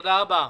תודה רבה.